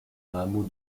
hameau